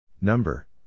Number